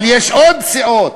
אבל יש עוד סיעות.